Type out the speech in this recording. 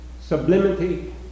sublimity